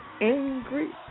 angry